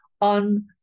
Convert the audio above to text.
on